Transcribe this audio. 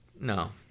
no